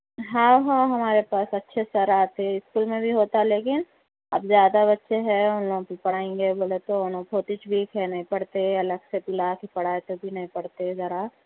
ہاں ہاں ہمارے پاس اچھے سر آتے اسکول میں بھی ہوتا لیکن اب زیادہ بچے ہے ان لوک پڑھائیں گے بولے تو بہت ہچ ویک ہے نہیں پڑھتے الگ سے بلا کے پڑھائے تو بھی نہیں پڑھتے ذرا